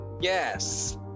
yes